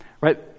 right